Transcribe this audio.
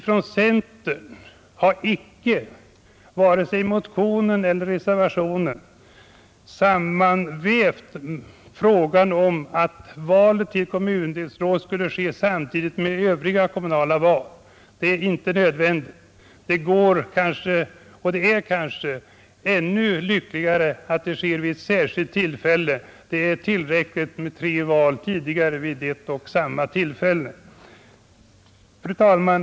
Från centern har vi inte vare sig i motionen eller i reservationen talat för att valet av kommundelsråd skulle ske samtidigt med övriga kommunala val. Det är inte nödvändigt. Troligen är det lyckligare att det valet sker vid ett särskilt tillfälle. Det är tillräckligt med de tre val som vi nu har samma dag. Fru talman!